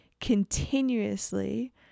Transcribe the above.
continuously